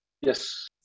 Yes